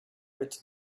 with